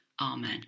Amen